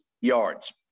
yards